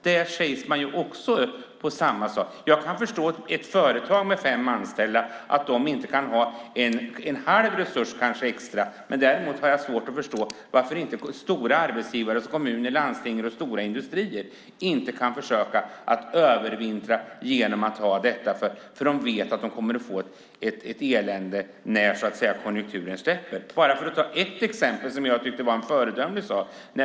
Där sägs man också upp. Jag kan förstå att ett företag med fem anställda inte kan ha en halv resurs extra. Däremot har jag svårt att förstå varför inte stora arbetsgivare som kommuner, landsting och stora industrier inte kan försöka att övervintra genom att ha detta. De vet ju att de kommer att få ett elände när konjunkturen vänder. Låt mig ta ett exempel på en föredömlig sak.